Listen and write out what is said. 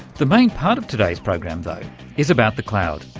the main part of today's program though is about the cloud,